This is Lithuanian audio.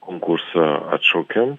konkurso atšaukėm